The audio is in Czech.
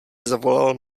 zavolal